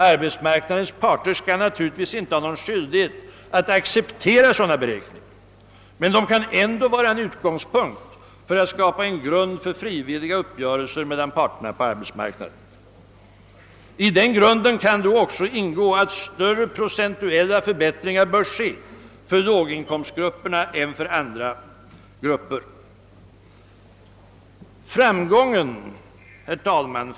Arbetsmarknadens parter skall naturligtvis inte ha någon skyldighet att acceptera sådana beräkningar, men dessa kan ändå vara en utgångspunkt för att skapa en grund för frivilliga uppgörelser mellan parterna på arbetsmarknaden. I den grunden kan då också ingå att större procentuella förbättringar bör tillkomma låginkomstgrupperna än andra grupper. Herr talman!